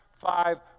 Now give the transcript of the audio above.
five